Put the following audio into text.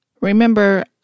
Remember